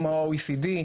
כמו ה-OECD,